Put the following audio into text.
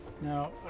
Now